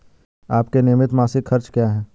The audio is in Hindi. आपके नियमित मासिक खर्च क्या हैं?